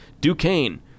Duquesne